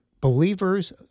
believers